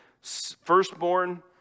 firstborn